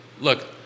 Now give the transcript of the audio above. look